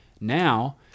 Now